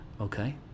Okay